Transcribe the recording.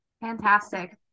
Fantastic